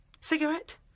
Cigarette